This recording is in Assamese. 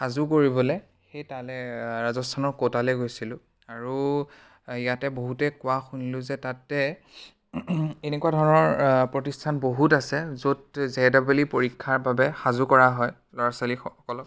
সাজু কৰিবলৈ সেই তালৈ ৰাজস্থানৰ কোটালৈ গৈছিলোঁ আৰু ইয়াতে বহুতে কোৱা শুনিলোঁ যে তাতে এনেকুৱা ধৰণৰ প্ৰতিষ্ঠান বহুত আছে য'ত জে ডাবল ই পৰীক্ষাৰ বাবে সাজু কৰা হয় ল'ৰা ছোৱালীসকলক